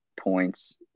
points